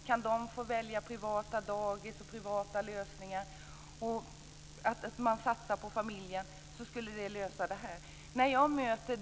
Får de välja privata dagis och privata lösningar, och satsar man på familjen, så kan det lösa de här problemen.